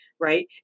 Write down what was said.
right